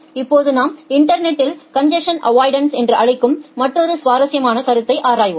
இப்போது நாம் இன்டர்நெட்டில் கன்ஜசன் அவ்வாய்டன்ஸ் என்று அழைக்கும் மற்றொரு சுவாரஸ்யமான கருத்தை ஆராய்கிறோம்